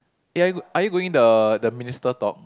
ya are you are you going the the minister talk